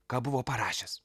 ką buvo parašęs